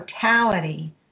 totality